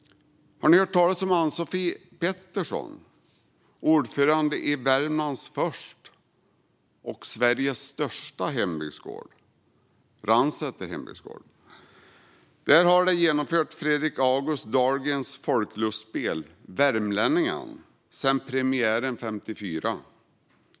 Har ni hört om talas Ann-Sofie Pettersson? Hon är ordförande för Värmlands första och Sveriges största hembygdsgård, Ransäters hembygdsgård. Där har man uppfört Fredrik August Dahlgrens folklustspel Värmlänningarna sedan premiären 1954.